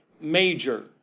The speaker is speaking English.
major